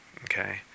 Okay